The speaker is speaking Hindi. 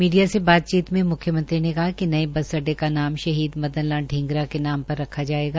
मीडिया से बातचीत में मुख्यमंत्री ने कहा कि नये बस अड़डे का शहीद मदन लाल शींगरा के नाम पर रखा जायेगा